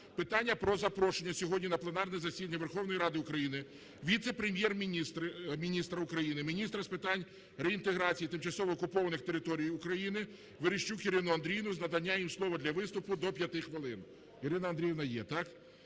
питання про запрошення сьогодні на пленарне засідання Верховної Ради України віце-прем'єр-міністра України - міністра з питань реінтеграції тимчасово окупованих територій України Верещук Ірину Андріївну з наданням їй слова для виступу – до 5 хвилин.